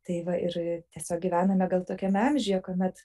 tai va ir tiesiog gyvename gal tokiame amžiuje kuomet